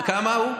כמה הוא?